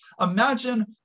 imagine